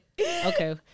Okay